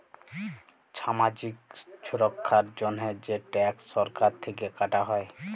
ছামাজিক ছুরক্ষার জন্হে যে ট্যাক্স সরকার থেক্যে কাটা হ্যয়